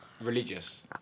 religious